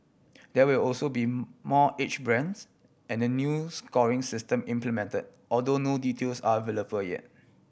there will also be more age brands and a new scoring system implemented although no details are available for yet